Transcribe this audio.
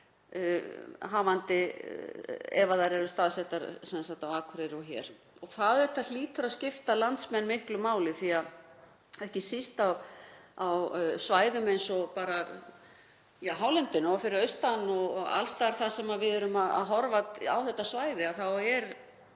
94%, ef þær eru staðsettar á Akureyri og hér. Það hlýtur að skipta landsmenn miklu máli því að ekki síst á svæðum eins og bara á hálendinu og fyrir austan og alls staðar þar sem við erum að horfa á þetta svæði er